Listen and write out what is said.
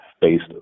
based